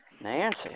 Nancy